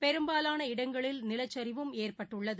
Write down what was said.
பெரும்பாலான இடங்களில் நிலச்சரிவும் ஏற்பட்டுள்ளது